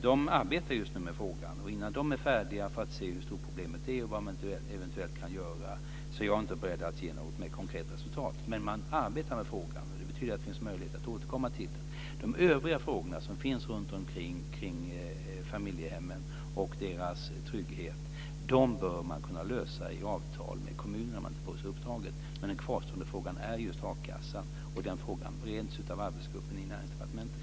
De arbetar just nu med frågan för att se hur stort problemet är. Innan de är färdiga och har en uppfattning om vad man eventuellt kan göra är jag inte beredd att ge något mer konkret svar. Men man arbetar med frågan och det betyder att det finns möjlighet att återkomma till den. De övriga frågor som finns runt familjehemmen och deras trygghet bör man kunna lösa i avtal med kommunerna när man tar på sig uppdraget. Men den kvarstående frågan är just a-kassan och den frågan bereds av arbetsgruppen i Näringsdepartementet.